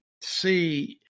see